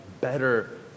better